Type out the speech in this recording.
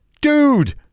Dude